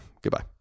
Goodbye